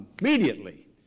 immediately